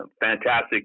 fantastic